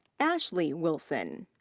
ashley wilson.